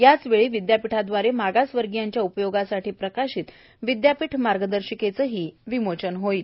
याच वेळी विदयापीठादवारे मागासवर्गीयांच्या उपयोगासाठी प्रकाशित विदयापीठ मार्गदर्शिकाचेही विमोचन होईल